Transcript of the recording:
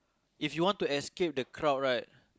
if you want to escape the crowd right